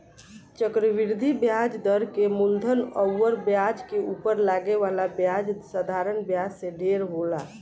चक्रवृद्धि ब्याज दर के मूलधन अउर ब्याज के उपर लागे वाला ब्याज साधारण ब्याज से ढेर होला